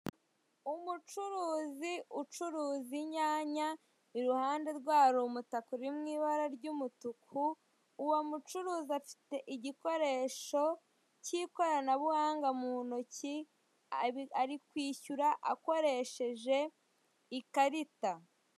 Umucuruzi ucuruza inyanya, iruhande rwe hari umutaka uri mu ibara ry'umutuku, uwo mucuruzi afite igikoresho cy'ikoranabuhanga mu ntoki, ari kwishyura akoresheje ikarita.